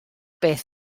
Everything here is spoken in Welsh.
beth